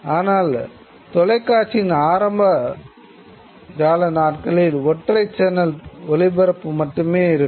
ஆனால் தொலைக்காட்சியின் ஆரம்பகால நாட்களில் ஒற்றை சேனல் ஒளிபரப்பு மட்டுமே இருக்கும்